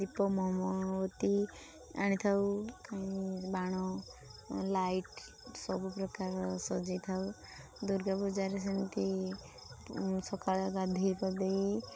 ଦୀପ ମହମବତୀ ଆଣିଥାଉ କାହିଁ ବାଣ ଲାଇଟ୍ ସବୁ ପ୍ରକାରର ସଜାଇଥାଉ ଦୁର୍ଗା ପୂଜାରେ ସେମିତି ସକାଳୁଆ ଗାଧୋଇ ପାଧୋଇ